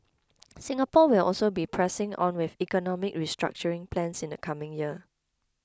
Singapore will also be pressing on with economic restructuring plans in the coming year